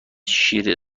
شیر